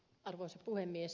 arvoisa puhemies